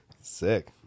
Sick